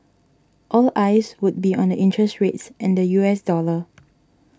all eyes would be on interest rates and the U S dollar